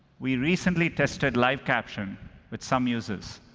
we recently tested live caption with some users.